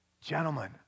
gentlemen